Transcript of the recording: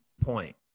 point